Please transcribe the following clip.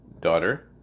Daughter